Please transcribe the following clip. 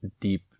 deep